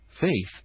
Faith